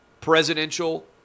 presidential